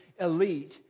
elite